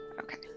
Okay